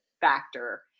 factor